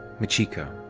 machiko.